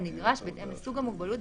כנדרש בהתאם לסוג המוגבלות,